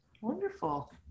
Wonderful